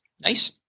nice